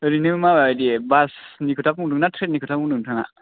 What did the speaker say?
ओरैनो माबायदि बासनि खोथा बुंदों ना ट्रेननि खोथा बुंदो नोंथाङा